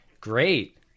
great